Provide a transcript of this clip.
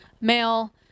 male